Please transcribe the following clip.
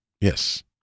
Yes